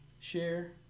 share